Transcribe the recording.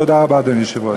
תודה רבה, אדוני היושב-ראש.